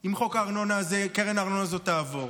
אם קרן הארנונה הזאת תעבור.